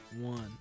one